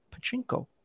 Pachinko